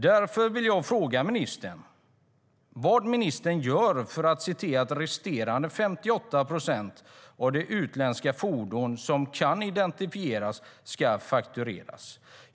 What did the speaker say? Därför vill jag fråga vad ministern gör för att se till att resterande 58 procent av de utländska fordon som kan identifieras ska faktureras.